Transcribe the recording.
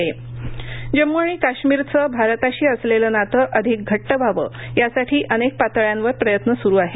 सद्भावना जम्मू आणि काश्मीरचं भारताशी असलेलं नातं अधिक घट्ट व्हावं यासाठी अनेक पातळ्यांवर प्रयत्न स्रू आहेत